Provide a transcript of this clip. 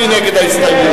מי נגד ההסתייגויות?